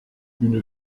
une